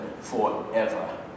forever